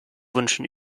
wünschen